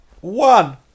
one